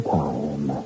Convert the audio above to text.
time